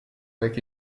avec